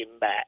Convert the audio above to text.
back